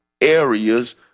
areas